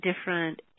different